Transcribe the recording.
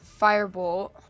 firebolt